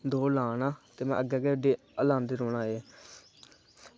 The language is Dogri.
में दौड़ लाना ते में अग्गें बी लांदे रौह्ना एह्